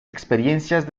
experiencias